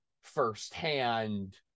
firsthand